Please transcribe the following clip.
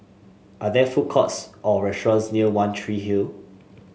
are there food courts or restaurants near One Tree Hill